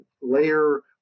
layer